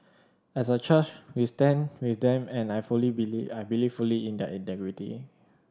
as a church we stand with them and I fully believe I believe fully in their integrity